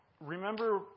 remember